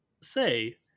say